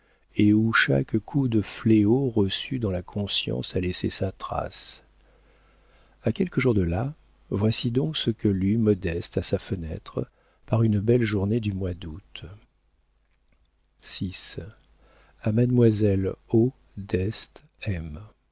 et où chaque coup de fléau reçu dans la conscience a laissé sa trace a quelques jours de là voici donc ce que lut modeste à sa fenêtre par une belle journée du mois d'août vi a mademoiselle